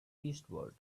eastward